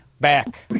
back